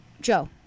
joe